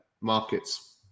markets